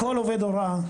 לכל עובד הוראה,